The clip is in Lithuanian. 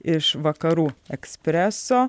iš vakarų ekspreso